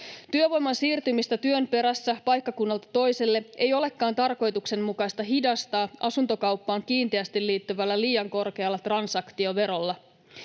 Työvoiman siirtymistä työn perässä paikkakunnalta toiselle ei olekaan tarkoituksenmukaista hidastaa asuntokauppaan kiinteästi liittyvällä liian korkealla transaktioverolla.